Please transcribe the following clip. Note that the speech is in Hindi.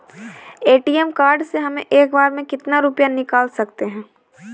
ए.टी.एम कार्ड से हम एक बार में कितना रुपया निकाल सकते हैं?